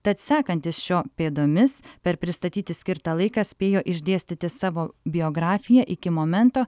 tad sekantis šio pėdomis per pristatyti skirtą laiką spėjo išdėstyti savo biografiją iki momento